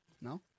No